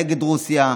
נגד רוסיה,